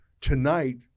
tonight